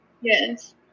Yes